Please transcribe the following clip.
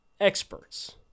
experts